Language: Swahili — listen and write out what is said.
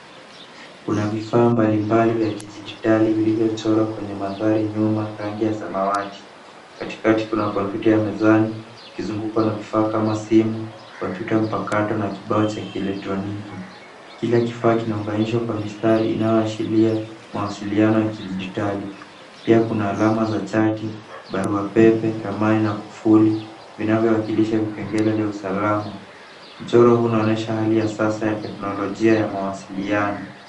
Kuna vifaa mbalimbali vya kijidijitali kilivyochorwa kwenye mandhari nyuma, rangi ya samawati. Katikati kuna kompyuta ya mezani, ikizungukwa na vifaa kama simu, kompyuta mpakato na kibao cha kielektroniki. Kila kifaa kinaunganishwa kwa mistari inayoashiria mawasiliano ya kijidijitali. Pia kuna alama za chati, barua pepe, ramani na kufuli, vinavyowakilisha vipengele vya usalama. Mchoro huu unaonyesha hali ya sasa ya teknolojia ya mawasiliano.